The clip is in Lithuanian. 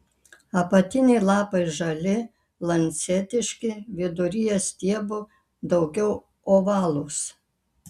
apatiniai lapai žali lancetiški viduryje stiebo daugiau ovalūs